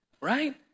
Right